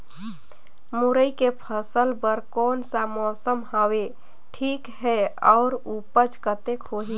मुरई के फसल बर कोन सा मौसम हवे ठीक हे अउर ऊपज कतेक होही?